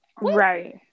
right